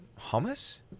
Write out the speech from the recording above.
Hummus